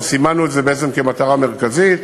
אנחנו סימנו את זה בעצם כמטרה מרכזית,